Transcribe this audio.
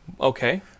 Okay